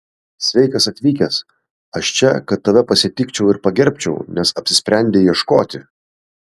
sveikas atvykęs aš čia kad tave pasitikčiau ir pagerbčiau nes apsisprendei ieškoti